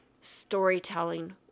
storytelling